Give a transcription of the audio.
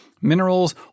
minerals